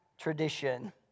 tradition